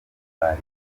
bari